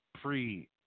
pre